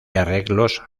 arreglos